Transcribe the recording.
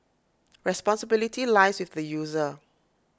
responsibility lies with the user